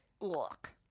Look